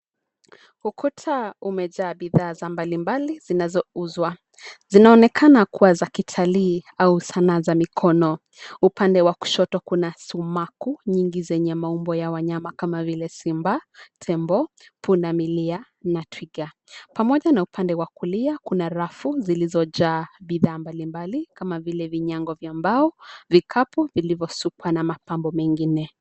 Ukuta umejaa bidhaa za mbalimbali zinazouzwa. Zinaonekana kuwa za kitalii au sanaa za mikono. Upande wa kushoto kuna sumaku nyingi zenye maumbo ya wanyama kama vile simba, tembo, pundamilia na twiga. Pamoja na upande wa kulia, kuna rafu zilizojaa bidhaa mbalimbali kama vile vinyango vya mbao, vikapu vilivyosukwa na mapambo mengine.